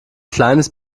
kleines